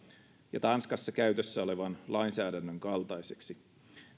ja tanskassa käytössä olevan lainsäädännön kaltaiseksi